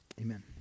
Amen